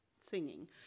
singing